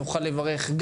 נוכל לברך,